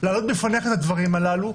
להעלות בפניך את הדברים הללו,